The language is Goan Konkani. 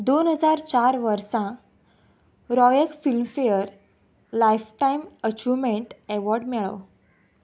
दोन हजार चार वर्सा रॉयाक फिल्मफेअर लायफटायम अचीवमेंट अवॉर्ड मेळ्ळो